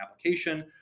application